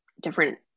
different